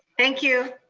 thank you.